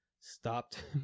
stopped